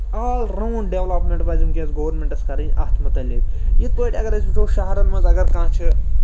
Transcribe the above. آل round development پَزِ وٕنکٮ۪س governments کرٕنۍ اَتھ مُتعلِق یِتھ پٲٹھۍ اَگر أسۍ وٕچھو شَہرَن منٛز اَگر کانہہ چھُ